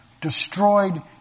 destroyed